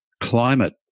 climate